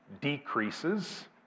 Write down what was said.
decreases